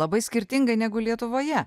labai skirtingai negu lietuvoje